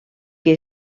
que